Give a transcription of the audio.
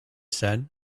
said